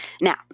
now